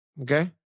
Okay